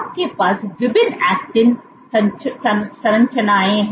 आपके पास विभिन्न एक्टिन संरचनाएं हैं